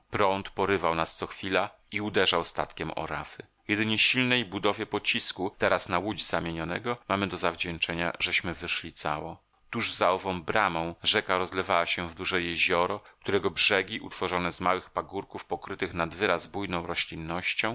prąd porywał nas co chwila i uderzał statkiem o rafy jedynie silnej budowie pocisku teraz na łódź zamienionego mamy do zawdzięczenia żeśmy wyszli cało tuż za ową bramą rzeka rozlewała się w duże jezioro którego brzegi utworzone z małych pagórków pokrytych nad wyraz bujną roślinnością